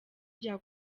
rya